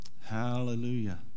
Hallelujah